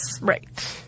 Right